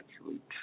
absolute